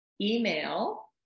email